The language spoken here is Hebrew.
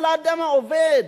אבל האדם העובד,